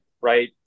right